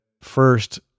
first